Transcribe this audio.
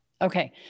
Okay